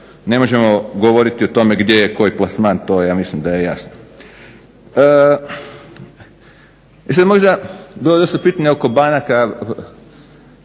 ne možemo govoriti o tome gdje je koji plasman, to mislim da je jasno. Sada možda bilo je dosta pitanja oko banaka,